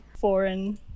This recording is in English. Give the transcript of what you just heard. foreign